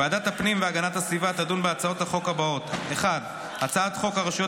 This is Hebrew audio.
ועדת הפנים והגנת הסביבה תדון בהצעות החוק הבאות: 1. הצעת חוק הרשויות